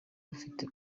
rufite